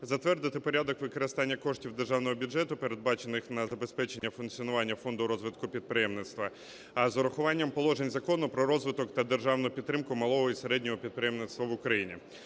затвердити порядок використання коштів державного бюджету, передбачених на забезпечення функціонування Фонду розвитку підприємництва, з урахуванням положень Закону "Про розвиток та державну підтримку малого і середнього підприємництва в Україні".